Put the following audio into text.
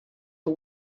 for